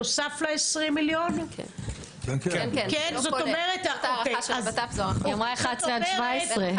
מה גורם לכם בנוסף ל-20 מיליון להוסיף ומה ההבדל בין 11 ל-17?